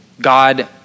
God